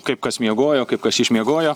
kaip kas miegojo kaip kas išmiegojo